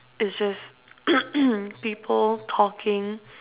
is just people talking